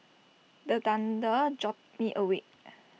the thunder jolt me awake